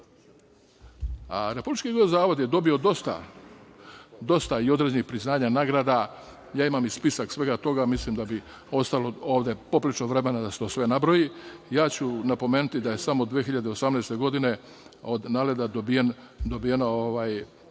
geodetski zavod je dobio dosta i određenih priznanja i nagrada, ja imam i spisak svega toga, mislim da bi ostalo ovde poprilično vremena da se to sve nabroji. Ja ću napomenuti da je samo od 2018. godine od NALED-a dobijeno